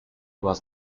was